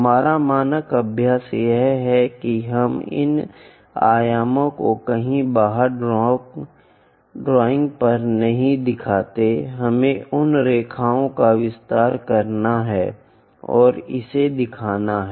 हमारा मानक अभ्यास यह है कि हम इन आयामों को कहीं बाहर ड्राइंग पर नहीं दिखाते हैं हमें उन रेखाओं का विस्तार करना है और इसे दिखाना है